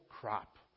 crop